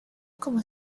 como